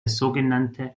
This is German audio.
sogenannte